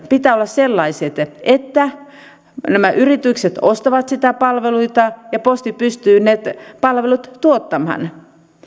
pitää olla sellaiset että nämä yritykset ostavat niitä palveluita ja posti pystyy ne palvelut tuottamaan